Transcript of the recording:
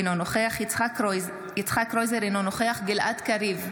אינו נוכח יצחק קרויזר, אינו נוכח גלעד קריב,